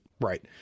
right